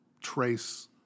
trace